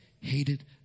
hated